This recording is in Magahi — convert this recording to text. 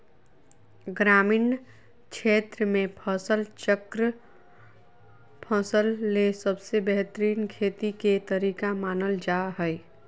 ग्रामीण क्षेत्र मे फसल चक्रण फसल ले सबसे बेहतरीन खेती के तरीका मानल जा हय